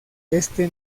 este